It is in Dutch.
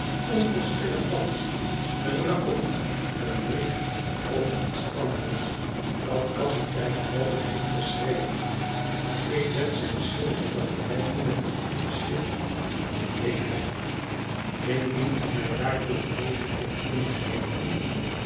onverschillig wat een rapport een brief of iets anders dat kapitein hawdon heeft geschreven ik wensch zijn schrift te vergelijken met een ander schrift dat ik heb indien ge mij daartoe gelegenheid kunt geven